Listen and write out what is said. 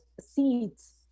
seeds